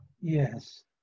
yes